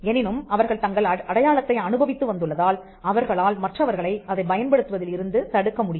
எனினும் அவர்கள் தங்கள் அடையாளத்தை அனுபவித்து வந்துள்ளதால் அவர்களால் மற்றவர்களை அதை பயன்படுத்துவதில் இருந்து தடுக்க முடியும்